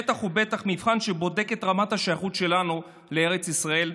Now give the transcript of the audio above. בטח ובטח מבחן שבודק את רמת השייכות שלנו לארץ ישראל,